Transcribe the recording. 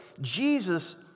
Jesus